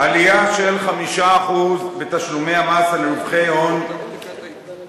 עלייה של 5% בתשלומי המס על רווחי הון בבורסה.